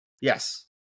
Yes